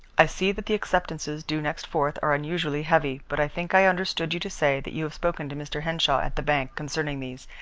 i see that the acceptances due next fourth are unusually heavy, but i think i understood you to say that you had spoken to mr. henshaw at the bank concerning these,